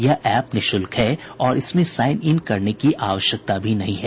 यह एप निःशुल्क है और इसमें साइन इन करने की आवश्यकता भी नहीं है